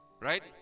right